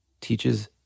teaches